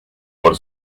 por